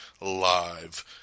live